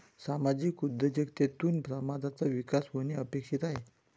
सामाजिक उद्योजकतेतून समाजाचा विकास होणे अपेक्षित आहे